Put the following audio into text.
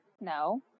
No